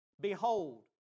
Behold